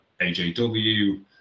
AJW